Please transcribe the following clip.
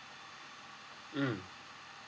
mm